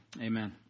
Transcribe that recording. Amen